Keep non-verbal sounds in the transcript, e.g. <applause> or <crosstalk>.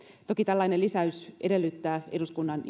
toki tällainen lisäys edellyttää eduskunnan <unintelligible>